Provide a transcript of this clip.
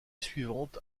suivante